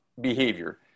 behavior